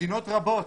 מדינות רבות